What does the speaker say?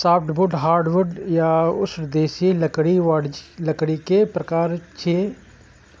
softwood, hardwood आ उष्णदेशीय लकड़ी वाणिज्यिक लकड़ी के प्रकार छियै